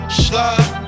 slide